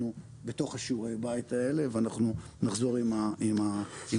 בתוך שיעורי הבית האלה ואנחנו נחזור עם התוצרים.